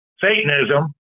Satanism